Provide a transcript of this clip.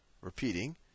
repeating